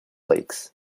lakes